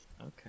Okay